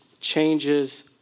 changes